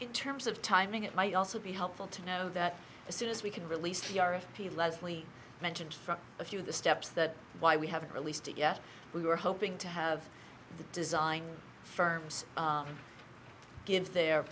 in terms of timing it might also be helpful to know that as soon as we can release the r f p leslie mentioned a few of the steps that why we haven't released it yet we were hoping to have the design firms give their